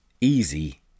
easy